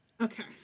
Okay